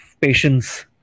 patience